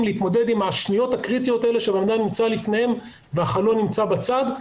להתמודד עם השניות הקריטיות האלה שהאדם נמצא לפניהם והחלון נמצא בצד,